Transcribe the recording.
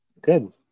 Good